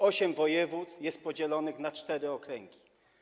Osiem województw jest podzielonych na cztery okręgi.